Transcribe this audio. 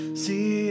see